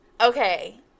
Okay